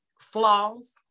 flaws